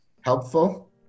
helpful